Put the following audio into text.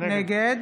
נגד